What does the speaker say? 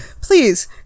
please